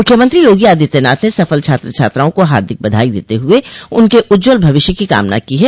मुख्यमंत्री योगी आदित्यनाथ ने सफल छात्र छात्राओं को हार्दिक बधाई देते हुए उनके उज्ज्वल भविष्य की कामना की है